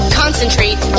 concentrate